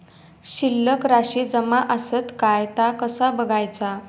शिल्लक राशी जमा आसत काय ता कसा बगायचा?